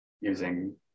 using